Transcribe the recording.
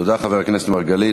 תודה לחבר הכנסת מרגלית.